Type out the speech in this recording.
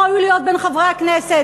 לא ראוי להיות בין חברי הכנסת.